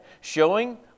showing